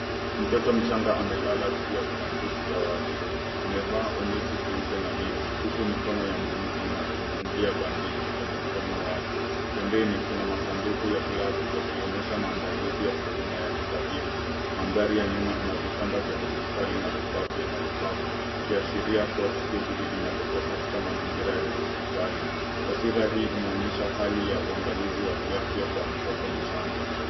Mtoto mchanga amelala juu ya blanketi la waridi. Amevaa onesi jeupe na nepi huku mikono ya mtu mzima ukimfungia bandeji kwenye mkono wake. Pembeni, kuna masanduku ya glavu yakionyesha maandalizi ya huduma ya kitabibu. Mandhari ya nyuma ina vitanda vya hospitali na vifaa vya matibabu ikiashiria kuwa tukio hili linatokea katika mazingira ya hospitali. Taswira hii inaonyesha hali ya uangalizi wa kiafya kwa mtoto mchanga.